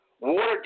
Water